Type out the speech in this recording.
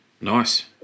Nice